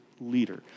leader